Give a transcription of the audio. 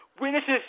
witnesses